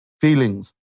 feelings